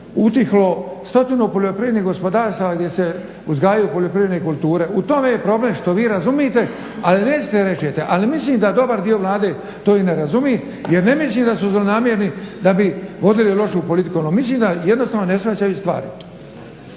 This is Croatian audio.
utihlo 100 poljoprivrednih gospodarstava gdje se uzgajaju poljoprivredne kulture. U tome je problem što vi razumijete ali nećete reći ali mislim da dobar dio vlade to ne razumije jer ne mislim da su zlonamjerni da bi vodili lošu politiku. mislim da jednostavno ne shvaćaju stvari.